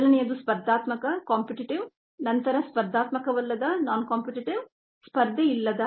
ಮೊದಲನೆಯದು ಸ್ಪರ್ಧಾತ್ಮಕ ನಂತರ ಸ್ಪರ್ಧಾತ್ಮಕವಲ್ಲದ ಸ್ಪರ್ಧೆಯಿಲ್ಲದ